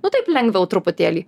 nu taip lengviau truputėlį